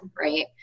Right